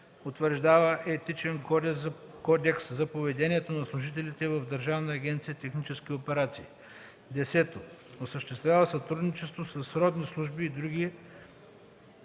утвърждава Етичен кодекс за поведение на служителите в Държавна агенция „Технически операции”; 10. осъществява сътрудничество със сродни служби на други